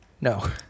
No